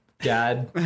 Dad